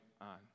on